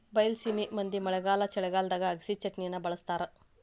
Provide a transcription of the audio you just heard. ಬೈಲಸೇಮಿ ಮಂದಿ ಮಳೆಗಾಲ ಚಳಿಗಾಲದಾಗ ಅಗಸಿಚಟ್ನಿನಾ ಬಾಳ ಬಳ್ಸತಾರ